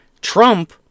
Trump